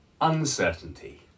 uncertainty